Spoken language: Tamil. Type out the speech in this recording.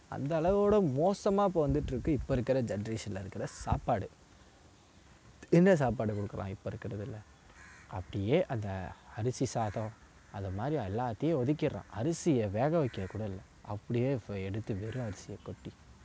அந்த அளவோடு மோசமாக இப்போ வந்துட்டிருக்கு இப்போ இருக்குகிற ஜென்ரேஷனில் இருக்குகிற சாப்பாடு என்ன சாப்பாடு கொடுக்கலாம் இப்போ இருக்குறதில் அப்படியே அந்த அரிசி சாதம் அதை மாதிரி எல்லாத்தையும் ஒதுக்கிட்றோம் அரிசிய வேக வைக்கக்கூட இல்லை அப்படியே எடுத்து வெறும் அரிசியை கொட்டி